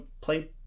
play